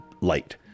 light